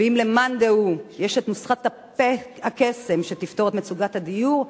ואם למאן דהוא יש נוסחת הקסם שתפתור את מצוקת הדיור,